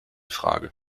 frage